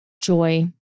joy